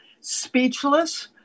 speechless